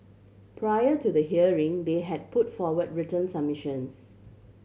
prior to the hearing they had put forward written submissions